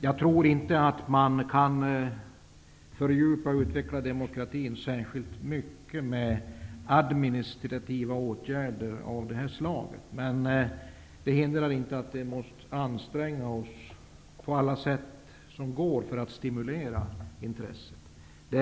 Jag tror inte att vi kan fördjupa och utveckla demokratin särskilt mycket med administrativa åtgärder, men det hindrar inte att vi på alla sätt måste anstränga oss för att stimulera intresset.